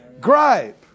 Gripe